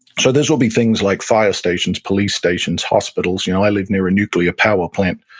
so this will be things like fire stations, police stations, hospitals. you know i live near a nuclear power plant.